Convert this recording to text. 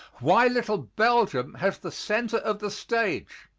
why little belgium has the center of the stage